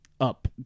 up